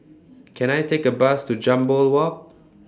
Can I Take A Bus to Jambol Walk